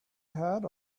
had